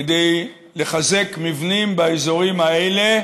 כדי לחזק מבנים באזורים האלה